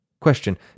Question